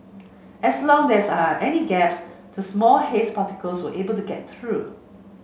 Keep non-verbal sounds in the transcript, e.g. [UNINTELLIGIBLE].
as long [UNINTELLIGIBLE] are any gaps the small haze particles will be able to get through